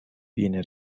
viene